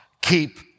keep